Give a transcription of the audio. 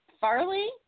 Farley